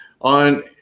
on